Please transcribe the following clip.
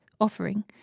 offering